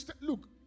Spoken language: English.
Look